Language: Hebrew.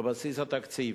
בבסיס התקציב,